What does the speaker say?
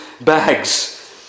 bags